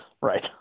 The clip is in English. Right